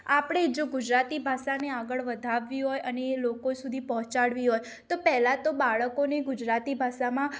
આપણે જો ગુજરાતી ભાષાને આગળ વધારવી હોય અને એ લોકો સુધી પહોંચાડવી હોય તો પહેલાં તો બાળકોને ગુજરાતી ભાષામાં